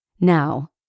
Now